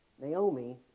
Naomi